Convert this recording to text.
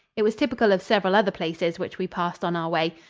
it was typical of several other places which we passed on our way.